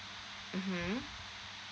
mmhmm